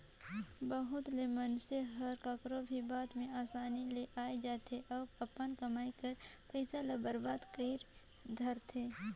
बहुत ले मइनसे हर काकरो भी बात में असानी ले आए जाथे अउ अपन कमई कर पइसा ल बरबाद कइर धारथे